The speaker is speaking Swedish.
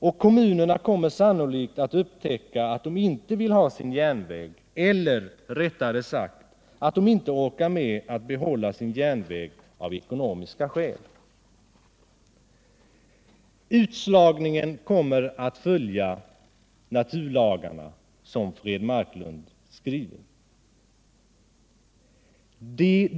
Och kommunerna kommer sannolikt att upptäcka att de inte vill ha sin järnväg eller, rättare sagt, att de inte orkar med att behålla sin järnväg av ekonomiska skäl.” Utslagningen kommer att följa naturlagarna, som Fred Marklund skriver.